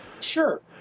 Sure